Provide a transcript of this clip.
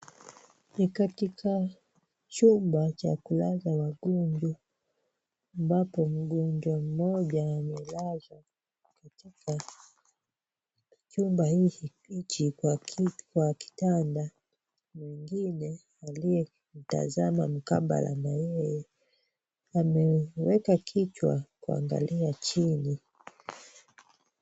Ni katika chumba cha kulaza wagonjwa ambapo mgonjwa mmoja amelazwa katika chumba hiki kwa kitanda. Mwingine aliyemtazama mkabala na yeye ameweka kichwa kuangalia chini.